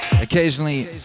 Occasionally